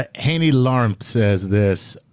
ah haini larmp says this.